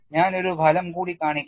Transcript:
ഞാൻ ഒരു ഫലം കൂടി കാണിക്കാം